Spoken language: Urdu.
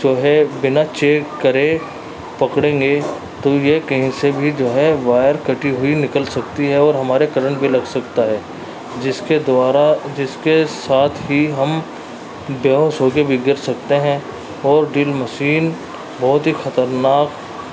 جو ہے بنا چیک کرے پکڑیں گے تو یہ کہیں سے بھی جو ہے وائر کٹی ہوئی نکل سکتی ہے اور ہمارے کرنٹ بھی لگ سکتا ہے جس کے دوارا جس کے ساتھ ہی ہم بےہوش ہو کے بھی گر سکتے ہیں اور مشین بہت ہی خطرناک